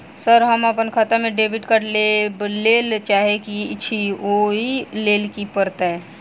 Sir हम अप्पन खाता मे डेबिट कार्ड लेबलेल चाहे छी ओई लेल की परतै?